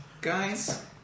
guys